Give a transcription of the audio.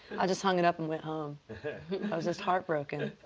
i just hung it up and went home. i was just heartbroken.